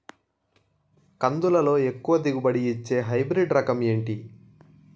కందుల లో ఎక్కువ దిగుబడి ని ఇచ్చే హైబ్రిడ్ రకం ఏంటి?